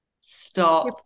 Stop